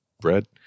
bread